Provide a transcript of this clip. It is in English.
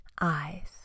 eyes